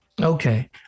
Okay